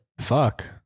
Fuck